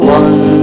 one